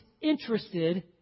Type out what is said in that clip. interested